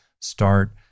start